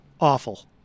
Awful